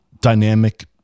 dynamic